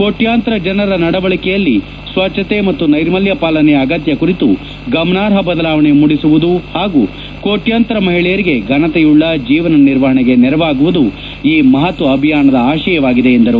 ಕೋಟ್ಗಾಂತರ ಜನರ ನಡವಳಿಕೆಯಲ್ಲಿ ಸ್ವಚ್ಚತೆ ಮತ್ತು ನೈರ್ಮಲ್ಲ ಪಾಲನೆಯ ಅಗತ್ಯ ಕುರಿತು ಗಮನಾರ್ಹ ಬದಲಾವಣೆ ಮೂಡಿಸುವುದು ಹಾಗೂ ಕೋಟ್ಗಂತರ ಮಹಿಳೆಯರಿಗೆ ಘನತೆಯುಳ್ಳ ಜೀವನ ನಿರ್ವಹಣೆಗೆ ನೆರವಾಗುವುದು ಈ ಮಹತ್ತ ಅಭಿಯಾನದ ಆಶಯವಾಗಿದೆ ಎಂದರು